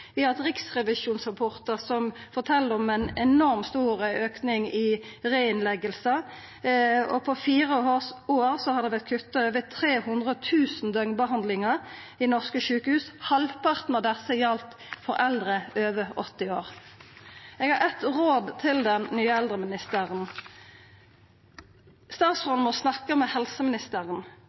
Vi har fått riksrevisjonsrapportar som fortel om ein enormt stor auke i talet på reinnleggingar. Og på fire år har over 300 000 døgnbehandlingar vorte kutta i norske sjukehus, halvparten av desse gjaldt for eldre over 80 år. Eg har eitt råd til den nye eldreministeren: Statsråden må snakka med helseministeren,